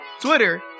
Twitter